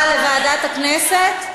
לוועדת הכנסת.